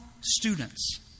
students